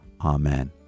amen